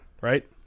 right